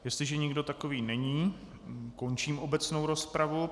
Jestliže nikdo takový není, končím obecnou rozpravu.